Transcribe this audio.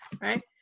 right